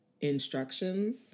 instructions